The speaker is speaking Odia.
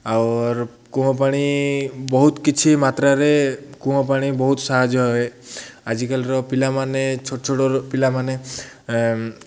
ଆଉ ଆର୍ କୂଅ ପାଣି ବହୁତ କିଛି ମାତ୍ରାରେ କୂଅ ପାଣି ବହୁତ ସାହାଯ୍ୟ ହୁଏ ଆଜିକାଲିର ପିଲାମାନେ ଛୋଟ ଛୋଟ ପିଲାମାନେ